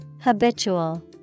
Habitual